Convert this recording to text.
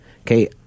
Okay